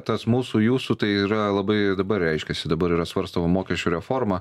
tas mūsų jūsų tai yra labai dabar reiškiasi dabar yra svarstoma mokesčių reforma